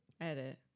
Edit